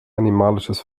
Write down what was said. animalisches